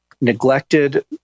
neglected